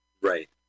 Right